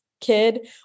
kid